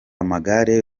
amagare